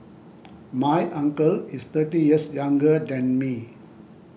my uncle is thirty years younger than me